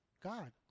God